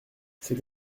c’est